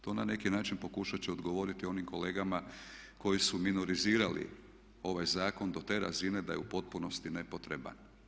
To na neki način pokušat će odgovoriti onim kolegama koji su minorizirali ovaj zakon do te razine da je u potpunosti nepotreban.